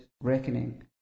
reckoning